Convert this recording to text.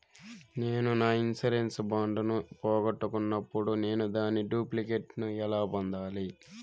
నేను నా insurance bond ను పోగొట్టుకున్నప్పుడు నేను దాని డూప్లికేట్ ను ఎలా పొందాలి?